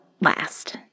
last